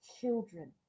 children